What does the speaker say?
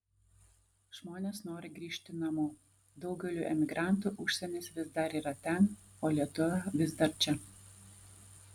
žmonės nori grįžti namo daugeliui emigrantų užsienis vis dar yra ten o lietuva vis dar čia